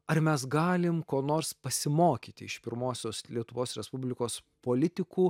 ar mes galim ko nors pasimokyti iš pirmosios lietuvos respublikos politikų